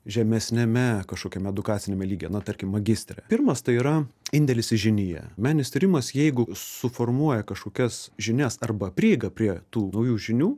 žemesniame kažkokiame edukaciniame lygyje na tarkim magistre pirmas tai yra indėlis į žiniją meninis tyrimas jeigu suformuoja kažkokias žinias arba prieigą prie tų naujų žinių